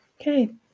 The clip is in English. okay